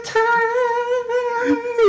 time